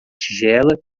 tigela